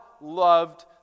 loved